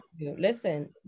listen